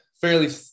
fairly